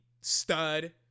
stud